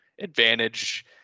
advantage